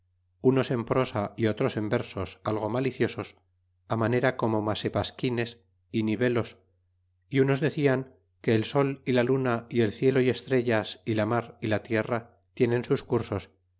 unos en prosa y otros en versos algo maliciosos manera como masepasquines a nivelos y unos decian que el sol y la luna y el cielo y estrellas y la mar y la tierra tienen sus cursos